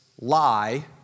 lie